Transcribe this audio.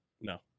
No